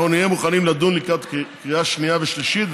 אנחנו נהיה מוכנים לדון לקראת קריאה שנייה ושלישית,